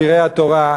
אדירי התורה,